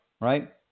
right